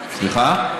בכמה זמן, סליחה?